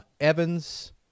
Evans